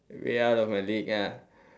way out of my league ya